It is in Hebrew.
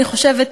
אני חושבת,